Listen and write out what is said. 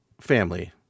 family